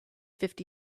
fifty